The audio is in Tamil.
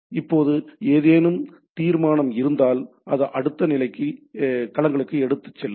இப்போது ஏதேனும் தீர்மானம் இருந்தால் அது அடுத்த நிலை களங்களுக்குச் செல்லும்